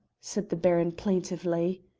said the baron plaintively.